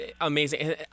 Amazing